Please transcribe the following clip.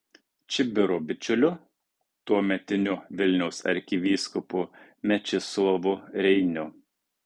čibiro bičiuliu tuometiniu vilniaus arkivyskupu mečislovu reiniu